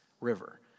River